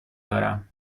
دارم